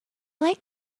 like